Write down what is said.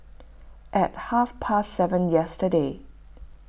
at half past seven yesterday